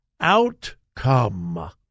outcome